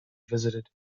visited